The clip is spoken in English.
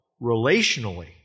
relationally